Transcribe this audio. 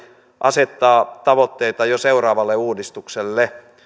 asettaa tavoitteita jo seuraavalle uudistukselle